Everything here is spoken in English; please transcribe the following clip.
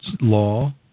law